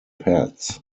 pads